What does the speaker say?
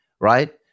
right